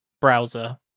browser